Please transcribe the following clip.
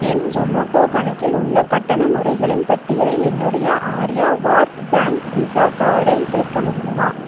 என் Zomato கணக்கில் உள்ள கட்டண முறைகளின் பட்டியலில் என்னுடைய ஆரியாவார்த் பேங்க் விசா கார்டை சேர்க்க முடியுமா